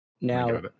now